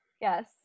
yes